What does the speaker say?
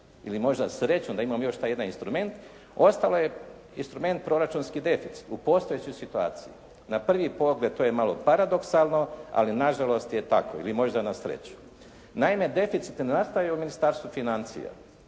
ili možda srećom da imamo još taj jedan instrument ostala je instrument proračunski deficit u postojećoj situaciji. Na prvi pogled to je malo paradoksalno, ali na žalost je tako ili možda na sreću. Naime, deficit ne nastaje u Ministarstvu financija